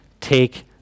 take